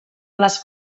les